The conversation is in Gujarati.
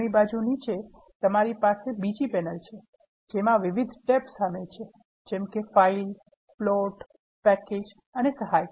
જમણી બાજુ નીચે તમારી પાસે બીજી પેનલ છે જેમાં વિવિધ tab શામેલ છે જેમ કે ફાઇલ પ્લોટ પેકેજ અને સહાય